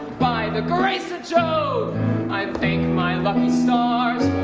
by the grace of jove i thank my lucky stars